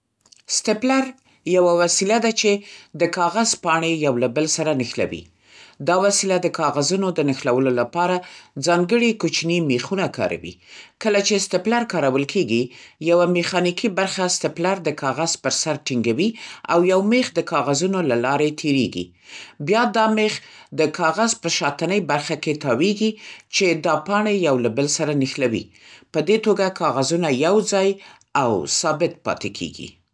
سټپلر یوه وسیله ده چې د کاغذ پاڼې یو له بل سره نښلوي. دا وسیله د کاغذونو د نښلولو لپاره ځانګړي کوچني میخونه کاروي. کله چې سټپلر کارول کېږي، یوه میخانیکي برخه سټپلر د کاغذ پر سر ټینګوي او یو میخ د کاغذونو له لارې تېریږي. بیا دا میخ د کاغذ په شاتنۍ برخه کې تاوېږي، چې دا پاڼې له یو بل سره نښلوي. په دې توګه، کاغذونه یوځای او ثابت پاتې کېږي.